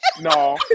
No